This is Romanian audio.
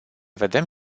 vedem